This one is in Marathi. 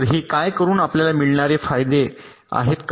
तर हे काय करून आपल्याला मिळणारे फायदे आहेत का